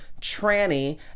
tranny